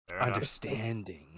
understanding